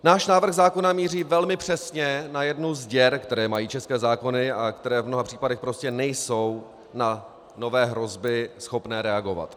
Náš návrh zákona míří velmi přesně na jednu z děr, které mají české zákony, které v mnoha případech prostě nejsou na nové hrozby schopné reagovat.